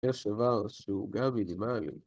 ‫יש איבר שהוא גם מינימלי.